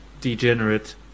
degenerate